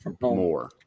more